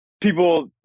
people